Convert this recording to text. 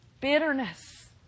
bitterness